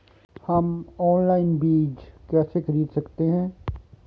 हम ऑनलाइन बीज कैसे खरीद सकते हैं?